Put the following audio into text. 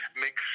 Make